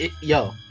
yo